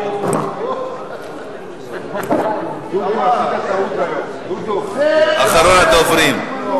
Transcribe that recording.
אחרון הדוברים.